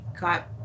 got